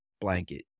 blanket